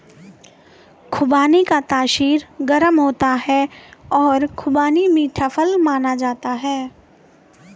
खुबानी का तासीर गर्म होता है और खुबानी मीठा फल माना जाता है